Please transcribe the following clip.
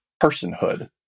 personhood